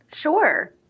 Sure